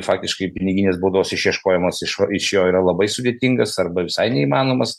faktiškai piniginės baudos išieškojimas iš iš jo yra labai sudėtingas arba visai neįmanomas